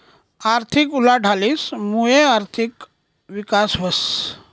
आर्थिक उलाढालीस मुये आर्थिक विकास व्हस